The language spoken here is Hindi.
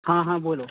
हाँ हाँ बोलो